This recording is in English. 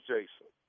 Jason